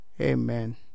Amen